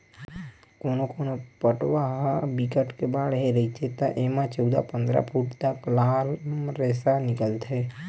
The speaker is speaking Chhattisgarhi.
कोनो कोनो पटवा ह बिकट के बाड़हे रहिथे त एमा चउदा, पंदरा फूट तक लाम रेसा निकलथे